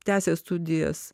tęsė studijas